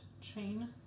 chain